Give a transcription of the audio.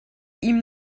ihm